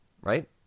right